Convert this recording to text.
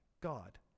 God